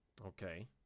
okay